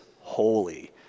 holy